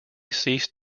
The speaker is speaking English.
ceased